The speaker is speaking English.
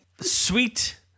sweet